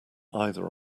either